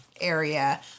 area